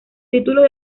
títulos